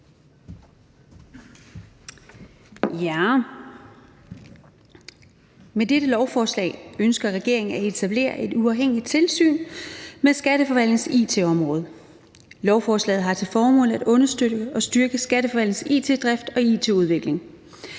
Med dette lovforslag ønsker regeringen at etablere et uafhængigt tilsyn med skatteforvaltningens it-område. Lovforslaget har til formål at understøtte og styrke skatteforvaltningens it-drift og it-udvikling.